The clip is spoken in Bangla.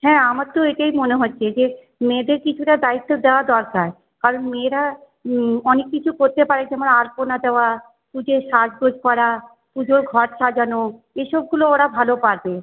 হ্যাঁ আমার তো এটাই মনে হচ্ছে যে মেয়েদের কিছুটা দায়িত্ব দেওয়া দরকার কারণ মেয়েরা অনেক কিছু করতে পারে যেমন আলপনা দেওয়া পুজোয় সাজগোজ করা পুজোর ঘট সাজানো এসবগুলো ওরা ভালো পারবে